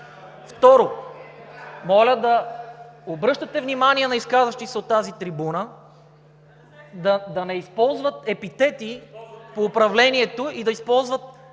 Второ, моля да обръщате внимание на изказващите се от тази трибуна да не използват епитети по управлението и да използват